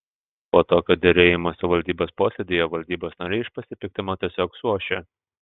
po tokio derėjimosi valdybos posėdyje valdybos nariai iš pasipiktinimo tiesiog suošė